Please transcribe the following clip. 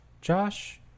Josh